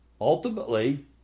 Ultimately